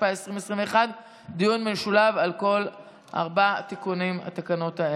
התשפ"א 2021. דיון משולב על כל ארבעת התיקונים בתקנות האלה.